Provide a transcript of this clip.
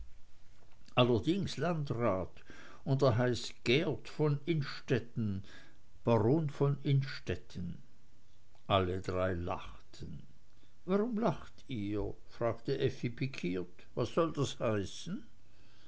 allerdings landrat und er heißt geert von innstetten baron von innstetten alle drei lachten warum lacht ihr sagte effi pikiert was soll das heißen